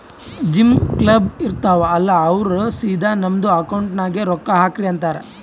gym, club, ಇರ್ತಾವ್ ಅಲ್ಲಾ ಅವ್ರ ಸಿದಾ ನಮ್ದು ಅಕೌಂಟ್ ನಾಗೆ ರೊಕ್ಕಾ ಹಾಕ್ರಿ ಅಂತಾರ್